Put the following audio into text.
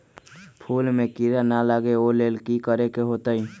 फूल में किरा ना लगे ओ लेल कि करे के होतई?